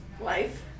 Life